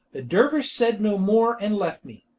the dervish said no more and left me,